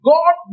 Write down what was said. God